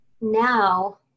Now